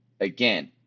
Again